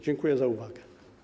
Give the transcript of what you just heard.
Dziękuję za uwagę.